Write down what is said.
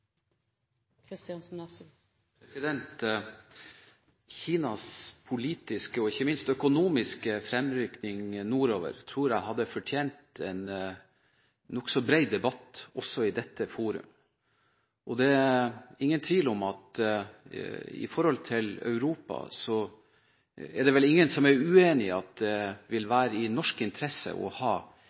Kinas politiske og ikke minst økonomiske fremrykning nordover hadde fortjent nokså bred debatt også i dette forum. I forhold til Europa er det vel ingen som er uenig i at det vil være i norsk interesse å ha